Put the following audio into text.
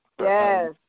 Yes